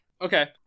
Okay